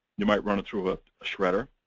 you might run it through a shredder.